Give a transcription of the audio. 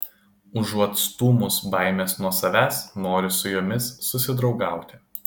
užuot stūmus baimes nuo savęs nori su jomis susidraugauti